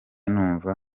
numva